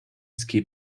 ski